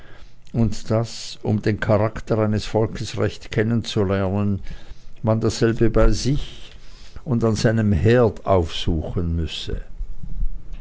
und daß um den charakter eines volkes recht zu kennen man dasselbe bei sich und an seinem herde aufsuchen müsse